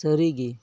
ᱥᱟᱹᱨᱤᱜᱮ